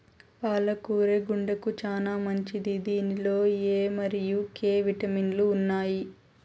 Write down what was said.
పాల కూర గుండెకు చానా మంచిది దీనిలో ఎ మరియు కే విటమిన్లు ఉంటాయి